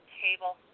table